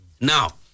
now